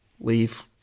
leave